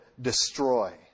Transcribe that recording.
destroy